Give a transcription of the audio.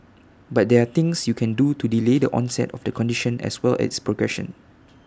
but there're things you can do to delay the onset of the condition as well as progression